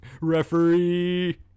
referee